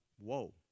Whoa